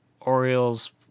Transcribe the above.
Orioles